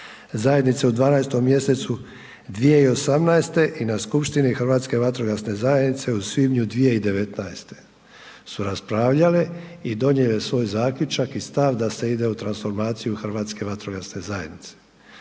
zajednice u 12. mjesecu 2018. i na Skupštini Hrvatske vatrogasne zajednice u svibnju 2019.-te su raspravljale i donijele svoj zaključak i stav da se ide u transformaciju Hrvatske vatrogasne zajednice.